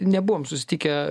nebuvom susitikę